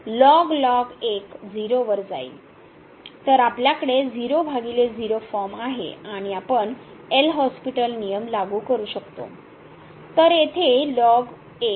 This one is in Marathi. तर आपल्याकडे 00 फॉर्म आहे आणि आपण एल' हॉस्पिटल नियम लागू करू शकतो